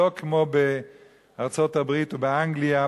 שלא כמו בארצות-הברית או באנגליה,